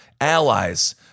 allies